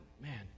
man